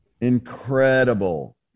incredible